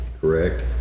Correct